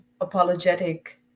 apologetic